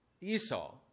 Esau